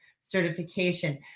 certification